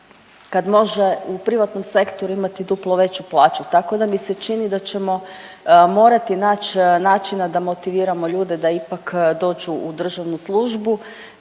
kad može u privatnom sektoru imati duplo veću plaću tako da mi se čini da ćemo morati nać načina da motiviramo ljude da ipak dođu u državnu službu,